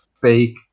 fake